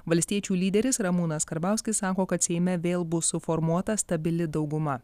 valstiečių lyderis ramūnas karbauskis sako kad seime vėl bus suformuota stabili dauguma